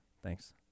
thanks